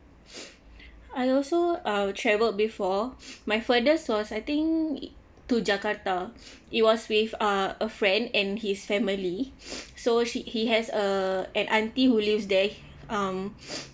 I also uh traveled before my furthers was I think to jakarta it was with uh a friend and his family so she he has uh an auntie who lives there um